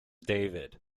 david